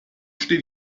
steht